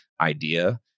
idea